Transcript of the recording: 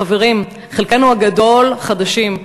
חברים, חלקנו הגדול חדשים,